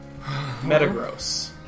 Metagross